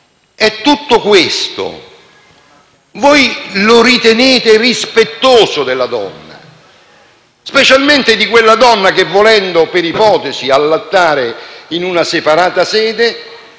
Tutto questo lo ritenete rispettoso della donna, specialmente di quella donna che volendo, per ipotesi, allattare in separata sede